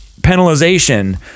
penalization